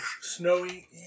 snowy